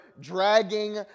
dragging